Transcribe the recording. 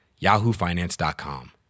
yahoofinance.com